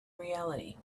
reality